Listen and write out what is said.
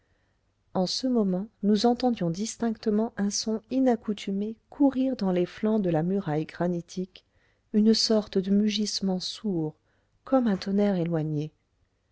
en ce moment nous entendions distinctement un son inaccoutumé courir dans les flancs de la muraille granitique une sorte de mugissement sourd comme un tonnerre éloigné